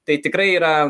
tai tikrai yra